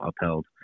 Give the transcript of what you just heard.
upheld